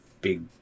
big